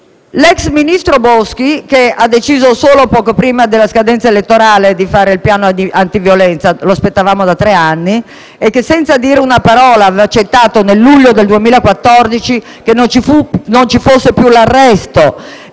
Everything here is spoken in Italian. l'ex ministro Boschi - ha deciso solo poco prima della scadenza elettorale di fare il piano antiviolenza, quello che aspettavamo da tre anni - senza dire una parola aveva infatti accettato, nel luglio del 2014, che non ci fosse più l'arresto